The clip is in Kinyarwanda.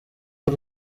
ari